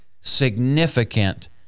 significant